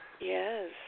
Yes